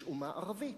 יש אומה ערבית.